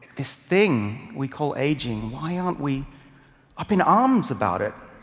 this thing we call aging why aren't we up in arms about it?